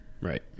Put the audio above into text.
Right